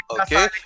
Okay